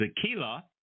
Tequila